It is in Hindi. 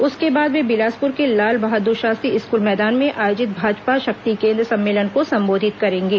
उसके बाद वे बिलासपुर के लाल बहादुर शास्त्री स्कूल मैदान में आयोजित भाजपा शक्ति केन्द्र सम्मेलन को संबोधित करेंगे